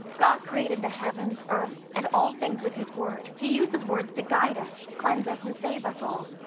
god created the heavens, earth, and all things with his word. he uses words to guide us, cleanse us, and save us all,